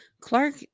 Clark